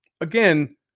again